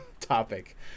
topic